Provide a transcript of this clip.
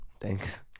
thanks